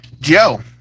Joe